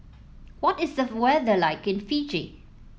what is the weather like in Fiji